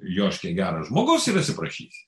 joškė geras žmogus atsiprašysi